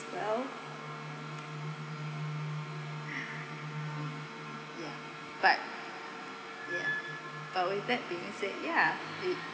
well ya but ya but with that being said ya it